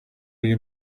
you